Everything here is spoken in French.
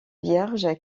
vierge